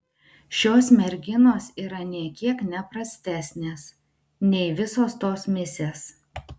šios merginos yra nė kiek ne prastesnės nei visos tos misės